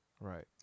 Right